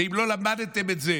ואם לא למדתם את זה